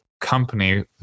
company